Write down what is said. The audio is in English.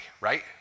right